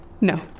No